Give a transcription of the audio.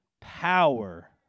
power